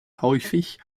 häufig